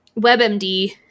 WebMD